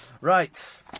Right